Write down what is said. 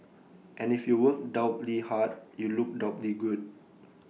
and if you work doubly hard you look doubly good